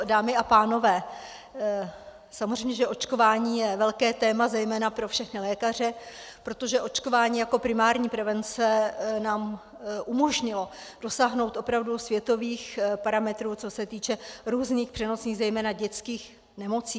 Dámy a pánové, samozřejmě že očkování je velké téma zejména pro všechny lékaře, protože očkování jako primární prevence nám umožnilo dosáhnout opravdu světových parametrů, co se týče různých přenosných, zejména dětských infekčních nemocí.